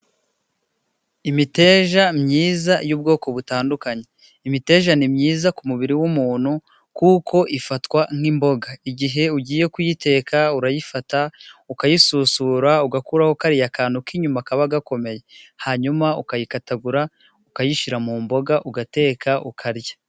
Imiteja myiza y'ubwoko butandukanye. Imiteja ni myiza ku mubiri w'umuntu, kuko ifatwa nk'imboga. Igihe ugiye kuyiteka urayifata ukayisusura, ugakuraho kariya kantu k'inyuma kaba gakomeye. Hanyuma ukayikatagura, ukayishyira mu mboga, ugateka ukarya.